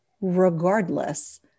regardless